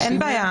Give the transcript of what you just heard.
אין בעיה.